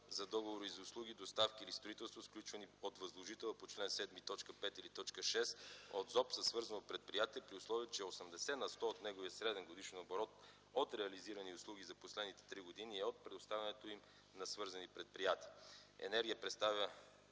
за договори и за услуги, доставки или строителство, сключвани с подвъзложитела по чл. 7, т. 5 или т. 6 от ЗОП със свързано предприятие при условие, че 80 на сто от неговия среден годишен оборот от реализирани услуги за последните три години е от предоставянето им на свързани предприятия. „Енергия” предоставя